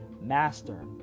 master